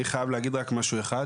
אני חייב להגיד דבר אחד: